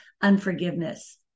unforgiveness